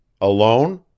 Alone